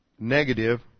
Negative